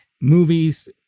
movies